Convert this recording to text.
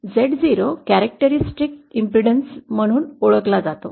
आणि Z0 हा वैशिष्ट्यपूर्ण अडथळा म्हणून ओळखला जातो